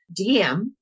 DM